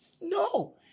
No